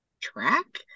track